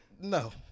no